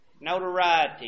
Notoriety